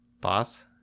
Boss